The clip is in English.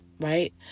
right